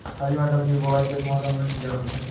हरी मटर की बुवाई किस मौसम में की जाती है?